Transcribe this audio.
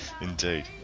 indeed